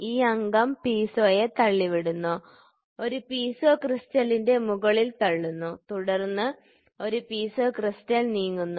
ഈ അംഗം പീസോയെ തള്ളിവിടുന്നു ഒരു പീസോ ക്രിസ്റ്റലിന്റെ മുകളിൽ തള്ളുന്നു തുടർന്ന് ഒരു പീസോ ക്രിസ്റ്റൽ നീങ്ങുന്നു